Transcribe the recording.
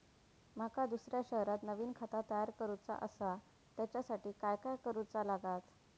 माका दुसऱ्या शहरात नवीन खाता तयार करूचा असा त्याच्यासाठी काय काय करू चा लागात?